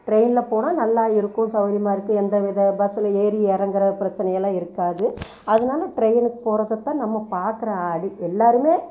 ட்ரெயினில் போனால் நல்லா இருக்கும் சௌரியமாக இருக்குது எந்த வித பஸ்ஸுல் ஏறி இறங்கற பிரச்சினை எல்லாம் இருக்காது அதனால ட்ரெயினுக்கு போகிறதத்தான் நம்ம பார்க்கற அடி எல்லோருமே